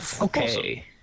Okay